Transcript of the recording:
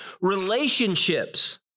Relationships